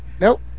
nope